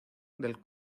del